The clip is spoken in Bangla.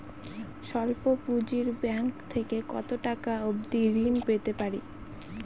স্বল্প পুঁজির ব্যাংক থেকে কত টাকা অবধি ঋণ পেতে পারি?